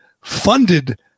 funded